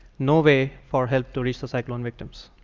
no way for help to reach the cyclone victims.